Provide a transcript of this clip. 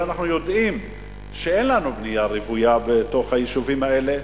אנחנו יודעים שאין לנו בנייה רוויה בתוך היישובים האלה,